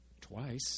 Twice